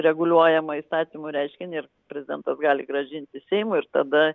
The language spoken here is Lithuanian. reguliuojamą įstatymų reiškinį ir prezidentas gali grąžinti seimui ir tada